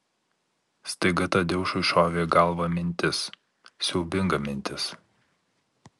staiga tadeušui šovė į galvą mintis siaubinga mintis